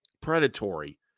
predatory